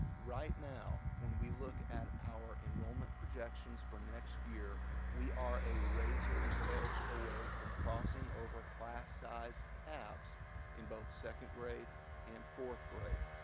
right now when we look at our enrollment projections for next year we are a razors edge away from crossing over class size caps in both second grade and fourth grade.